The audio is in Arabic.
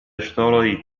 اشتريت